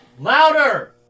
Louder